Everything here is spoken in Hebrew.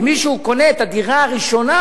אם מישהו קונה את הדירה הראשונה,